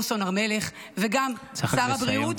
סון הר מלך וגם שר הבריאות -- אתה צריכה לסיים,